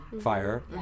Fire